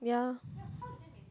yeah